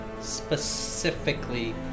specifically